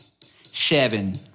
seven